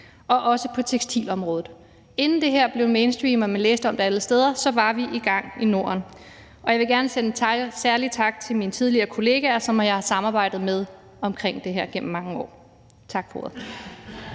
– også på tekstilområdet. Inden det her blev mainstream og man læste om det alle steder, var vi i gang i Norden. Jeg vil gerne sende en særlig tak til mine tidligere kollegaer, som jeg har samarbejdet med om det her gennem mange år. Tak for ordet.